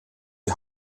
die